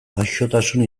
gaixotasun